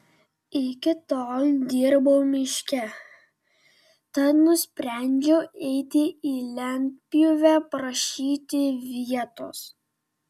iki tol dirbau miške tad nusprendžiau eiti į lentpjūvę prašyti vietos